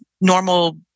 normal